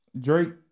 Drake